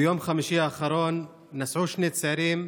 ביום חמישי האחרון נסעו שני צעירים,